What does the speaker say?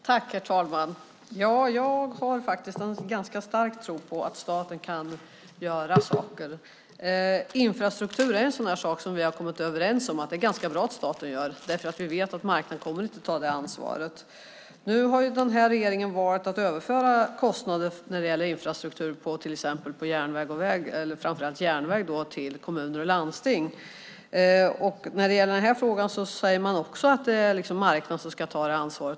Herr talman! Jag har en ganska stark tro på att staten kan göra saker. Infrastrukturen har vi kommit överens om är ganska bra att staten sköter. Vi vet ju att marknaden inte kommer att ta det ansvaret. Den här regeringen har valt att överföra kostnader för infrastrukturen - det gäller då till exempel väg och, framför allt, järnväg - på kommuner och landsting. Också i den här aktuella frågan säger man att marknaden ska ta ansvar.